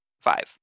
five